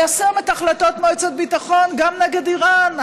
ליישם את החלטות מועצת הביטחון גם נגד איראן,